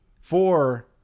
four